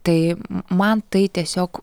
tai man tai tiesiog